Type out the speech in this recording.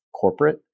corporate